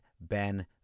Ben